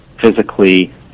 physically